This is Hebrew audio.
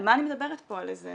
על מה אני מדברת פה, על איזה